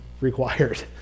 required